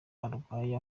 arwaye